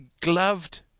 gloved